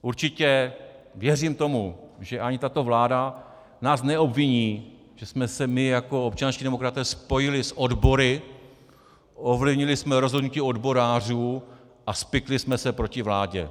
Určitě věřím tomu, že ani tato vláda nás neobviní, že jsme se my jako občanští demokraté spojili s odbory, ovlivnili jsme rozhodnutí odborářů a spikli jsme se proti vládě.